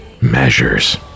measures